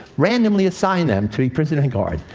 randomly assigned them to be prisoner and guard.